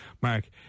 Mark